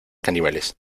caníbales